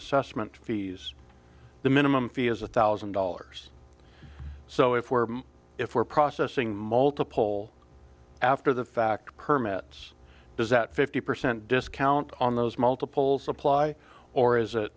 assessment fees the minimum fee is a thousand dollars so if we're if we're processing multiple after the fact permits does that fifty percent discount on those multiples apply or is it